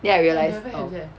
then I realise oh